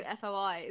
FOIs